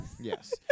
Yes